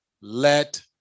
let